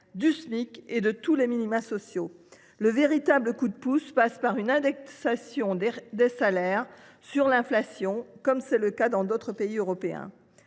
du Smic et de tous les minima sociaux ; le véritable coup de pouce passe par une indexation des salaires sur l’inflation, comme dans d’autres pays européens.